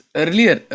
earlier